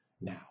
now